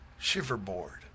Shiverboard